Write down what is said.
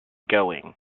going